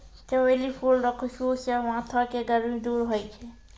चमेली फूल रो खुशबू से माथो के गर्मी दूर होय छै